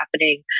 happening